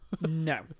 No